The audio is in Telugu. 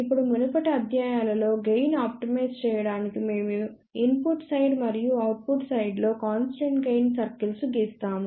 ఇప్పుడు మునుపటి అధ్యాయాలలో గెయిన్ ఆప్టిమైజ్ చేయడానికి మేము ఇన్పుట్ సైడ్ మరియు అవుట్పుట్ సైడ్ లో కాన్స్టెంట్ గెయిన్ సర్కిల్ను గీస్తాము